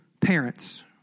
parents